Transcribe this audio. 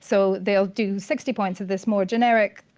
so they'll do sixty points of this more generic,